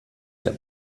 der